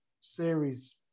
series